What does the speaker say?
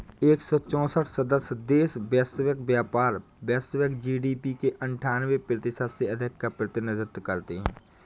एक सौ चौसठ सदस्य देश वैश्विक व्यापार, वैश्विक जी.डी.पी के अन्ठान्वे प्रतिशत से अधिक का प्रतिनिधित्व करते हैं